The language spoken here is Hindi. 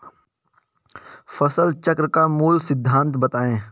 फसल चक्र का मूल सिद्धांत बताएँ?